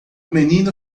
menino